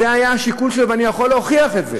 זה היה השיקול שלו, ואני יכול להוכיח את זה.